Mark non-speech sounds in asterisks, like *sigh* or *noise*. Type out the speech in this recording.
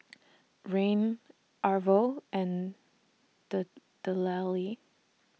*noise* Rahn Arvo and Dellie